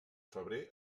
febrer